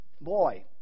boy